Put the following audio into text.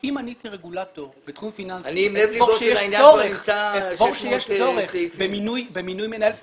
אם אני כרגולטור בתחום פיננסים רואה שיש צורך במינוי מנהל סניף,